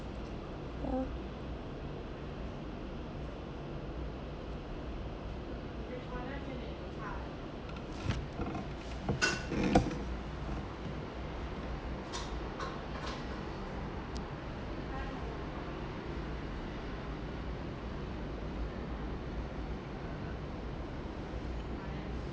ya